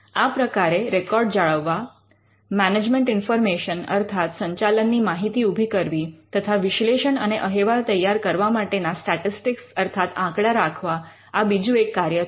આ પ્રકારે રેકોર્ડ જાળવવા મેનેજમેન્ટ ઇન્ફર્મેશન અર્થાત સંચાલનની માહિતી ઉભી કરવી તથા વિશ્લેષણ અને અહેવાલ તૈયાર કરવા માટેના સ્ટૅટિસ્ટિક્સ અર્થાત આંકડા રાખવા આ બીજું એક કાર્ય થાય